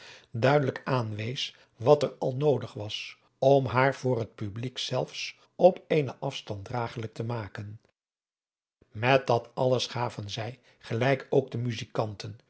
duidelijk aanwees wat er al noodig was om haar voor het publiek zelss op eenen afstand dragelijk te maken met dat alles gaven zij gelijk ook de muzijkanten